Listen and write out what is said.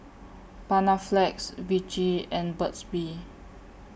Panaflex Vichy and Burt's Bee